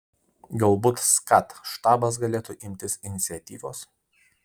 galbūt skat štabas galėtų imtis iniciatyvos